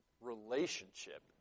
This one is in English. relationship